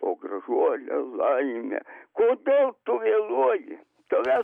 o gražuolė laimė kodėl tu vėluoji tavęs